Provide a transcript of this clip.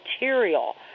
material